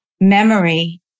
memory